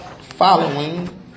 Following